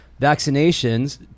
vaccinations